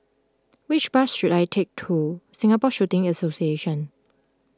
which bus should I take to Singapore Shooting Association